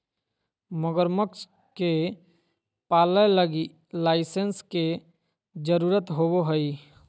मगरमच्छ के पालय लगी लाइसेंस के जरुरत होवो हइ